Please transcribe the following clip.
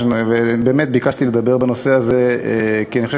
באמת ביקשתי לדבר בנושא הזה כי אני חושב